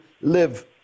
live